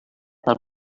pel